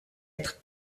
être